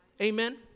Amen